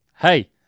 hey